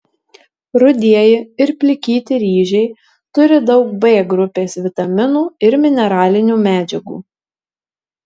rudieji ir plikyti ryžiai turi daug b grupės vitaminų ir mineralinių medžiagų